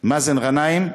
מאזן גנאים: